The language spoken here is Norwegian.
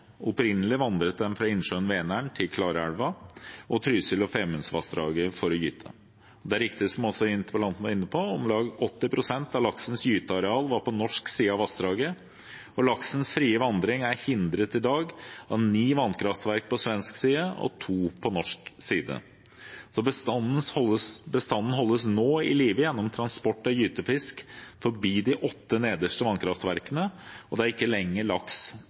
Opprinnelig vandret den fra innsjøen Vänern til Klarälven og Trysil- og Femundvassdraget for å gyte. Det er riktig som også interpellanten var inne på, at om lag 80 pst. av laksens gyteareal var på norsk side av vassdraget. Laksens frie vandring er hindret i dag av ni vannkraftverk på svensk side og to på norsk side. Bestanden holdes nå i live gjennom transport av gytefisk forbi de åtte nederste vannkraftverkene, og det er ikke lenger laks